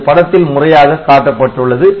அது படத்தில் முறையாக காட்டப்பட்டுள்ளது